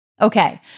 Okay